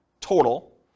total